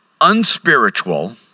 unspiritual